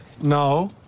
no